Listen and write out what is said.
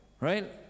right